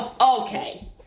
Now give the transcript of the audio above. okay